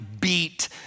beat